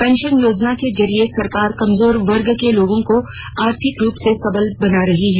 pension योजना के जरिये सरकार कमजोर वर्ग के लोगों को आर्थिक रूप से सबल कर रही है